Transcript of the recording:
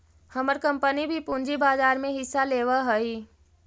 हमर कंपनी भी पूंजी बाजार में हिस्सा लेवअ हई